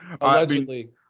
allegedly